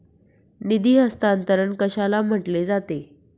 निधी हस्तांतरण कशाला म्हटले जाते?